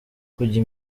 kujya